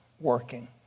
working